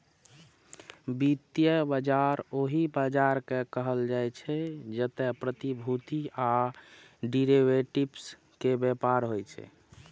वित्तीय बाजार ओहि बाजार कें कहल जाइ छै, जतय प्रतिभूति आ डिरेवेटिव्स के व्यापार होइ छै